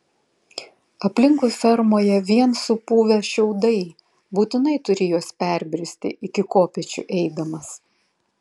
aplinkui fermoje vien supuvę šiaudai būtinai turi juos perbristi iki kopėčių eidamas